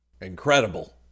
Incredible